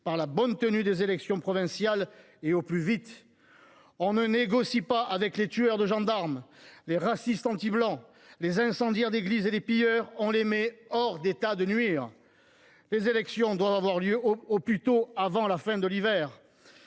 par la bonne tenue des élections provinciales, au plus vite. On ne négocie pas avec les tueurs de gendarmes, les racistes antiblancs, les incendiaires d’églises et les pilleurs. On les met hors d’état de nuire ! Les élections doivent avoir lieu au plus tôt, avant la fin de l’hiver.